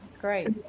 great